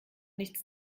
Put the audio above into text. nichts